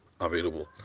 available